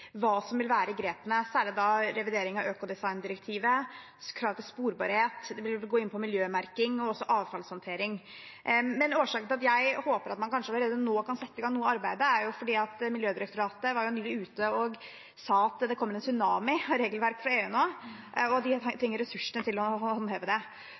hva som vil være grepene, særlig da revidering av økodesigndirektivet og krav til sporbarhet, og de vil gå inn på miljømerking og også avfallshåndtering. Årsaken til at jeg håper at man kanskje allerede nå kan sette i gang noe av arbeidet, er at Miljødirektoratet nylig var ute og sa at det kommer en tsunami av regelverk fra EU nå, og at de trenger ressursene til å håndheve det.